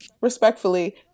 respectfully